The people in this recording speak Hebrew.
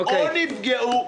או נפגעו,